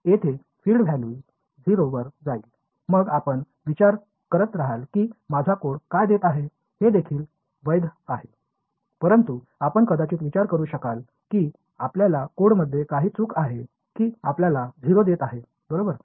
जेथे field value 0 वर जाईल मग आपण विचार करत रहाल की माझा कोड काय देत आहे हे देखील वैध आहे परंतु आपण कदाचित विचार करू शकाल की आपल्या कोडमध्ये काही चूक आहे की आपल्याला 0 देत आहे बरोबर